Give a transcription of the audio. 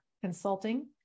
Consulting